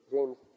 James